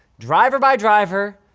driver by driver,